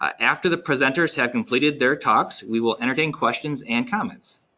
after the presenters have completed their talks, we will entertain questions and comments.